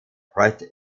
pratt